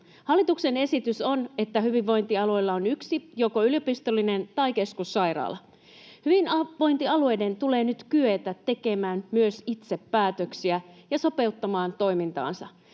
Hallituksen esitys on, että hyvinvointialueilla on yksi joko yliopistollinen tai keskussairaala. Hyvinvointialueiden tulee nyt kyetä tekemään myös itse päätöksiä ja sopeuttamaan toimintaansa.